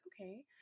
okay